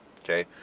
Okay